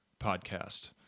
podcast